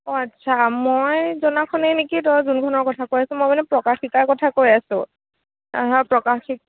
অ আচ্ছা মই জনাখনেই নেকি তই যিখনৰ কথা কৈ আছ মই মানে প্ৰকাশিকাৰ কথা কৈ আছোঁ অ প্ৰকাশিক